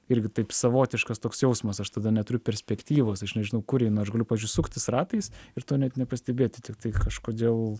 irgi taip savotiškas toks jausmas aš tada neturiu perspektyvos aš nežinau kur jinai aš galiu pavyzdžiui suktis ratais ir to net nepastebėti tiktai kažkodėl